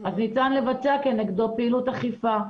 ניתן לבצע כנגדו פעילות אכיפה.